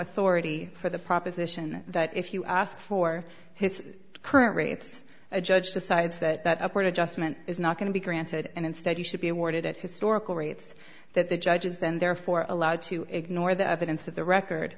authority for the proposition that if you ask for his current rates a judge decides that a court adjustment is not going to be granted and instead you should be awarded at historical rates that the judge is then therefore allowed to ignore the evidence of the record